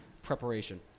preparation